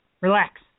relax